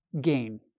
gain